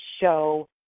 show